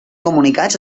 comunicats